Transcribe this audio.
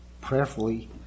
prayerfully